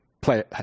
play